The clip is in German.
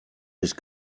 nicht